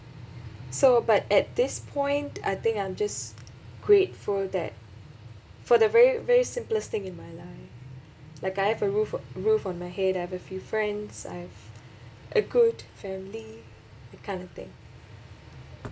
so but at this point I think I'm just grateful that for the very very simplest thing in my life like I have a roof roof on my head I have a few friends i have a good family that kind of thing